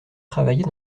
travailler